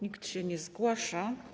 Nikt się nie zgłasza.